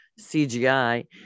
CGI